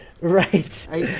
right